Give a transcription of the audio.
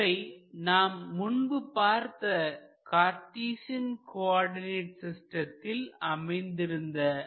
இவை நாம் முன்பு பார்த்த கார்டிசன் கோஆர்டிநெட் சிஸ்டத்தில்அமைந்திருந்த ij